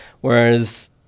whereas